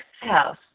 house